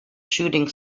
shooting